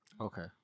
Okay